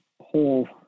whole